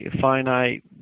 finite